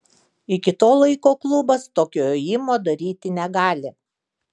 iki to laiko klubas tokio ėjimo daryti negali